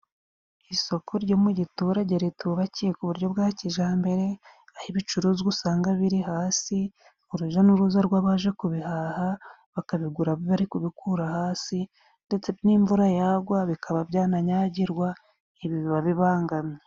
Isoko ryo mu giturage ritubakiye ku buryo bwa kijambere， aho ibicuruzwa usanga biri hasi，uruja n'uruza rw'abaje kubihaha，bakabigura bari kubikura hasi ndetse n'imvura yagwa bikaba byananyagirwa， ibi bikaba bibangamye.